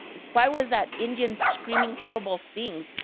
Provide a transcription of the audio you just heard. why was that indian screaming horrible things?